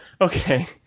okay